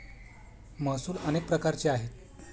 महसूल अनेक प्रकारचे आहेत